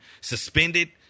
suspended